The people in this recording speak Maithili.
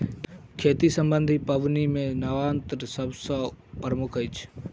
खेती सम्बन्धी पाबनि मे नवान्न सभ सॅ प्रमुख अछि